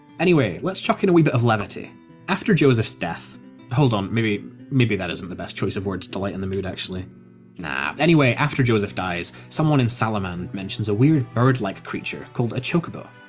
anyway, let's chuck in a wee bit of levity after josef's death hold on, maybe maybe that isn't the best choice of words to lighten the mood actually anyway, after josef dies, someone in salamand mentions a weird birdlike creature called a chocobo.